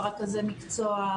עם רכזי המקצוע,